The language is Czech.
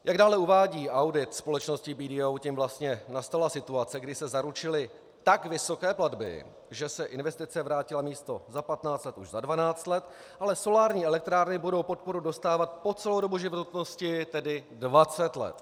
Jak dále uvádí audit společnosti BDO, tím vlastně nastala situace, kdy se zaručily tak vysoké platby, že se investice vrátila místo za 15 let už za 12 let, ale solární elektrárny budou podporu dostávat po celou dobu životnosti, tedy 20 let.